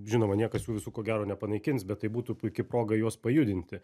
žinoma niekas jų visų ko gero nepanaikins bet tai būtų puiki proga juos pajudinti